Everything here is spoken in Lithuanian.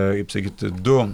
kaip sakyt du